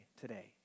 today